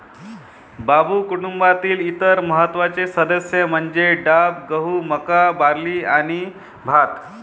बांबू कुटुंबातील इतर महत्त्वाचे सदस्य म्हणजे डाब, गहू, मका, बार्ली आणि भात